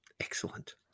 Excellent